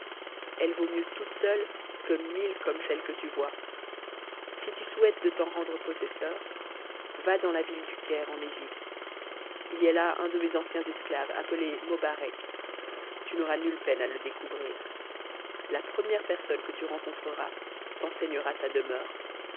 elle vaut mieux toute seule que mille comme celles que tu vois si tu souhaites de t'en rendre possesseur va dans la ville du caire en egypte y a là un de mes anciens esclaves appelé mobarec tu n'auras nulle peine à le découvrir la première personne que tu rencontreras t'enseignera sa demeure